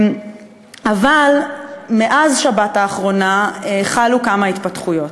אבל מאז השבת האחרונה חלו כמה התפתחויות.